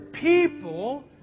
People